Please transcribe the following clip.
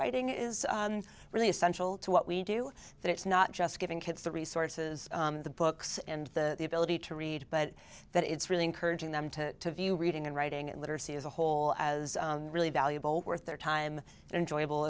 writing is really essential to what we do that it's not just giving kids the resources the books and the ability to read but that it's really encouraging them to view reading and writing and literacy as a whole as really valuable worth their time enjoyable